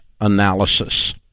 Analysis